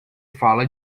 fala